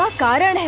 but goddess